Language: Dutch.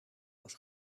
was